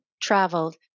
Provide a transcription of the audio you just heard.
traveled